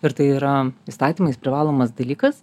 ir tai yra įstatymais privalomas dalykas